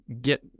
get